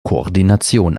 koordination